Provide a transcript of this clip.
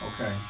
Okay